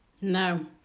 no